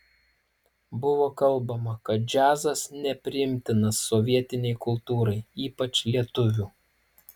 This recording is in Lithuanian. buvo kalbama kad džiazas nepriimtinas sovietinei kultūrai ypač lietuvių